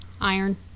Iron